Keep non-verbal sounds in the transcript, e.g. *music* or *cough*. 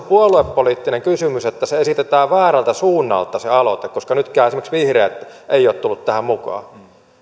*unintelligible* puoluepoliittinen kysymys että se aloite esitetään väärältä suunnalta koska nytkään esimerkiksi vihreät eivät ole tulleet tähän mukaan